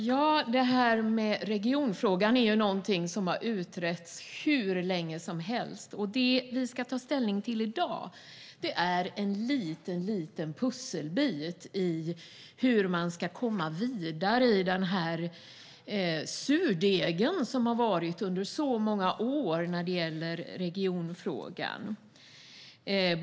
Fru talman! Regionfrågan är någonting som har utretts hur länge som helst, och det vi ska ta ställning till i dag är en liten pusselbit i hur man ska komma vidare i den surdeg som har jäst i så många år när det gäller regionfrågan.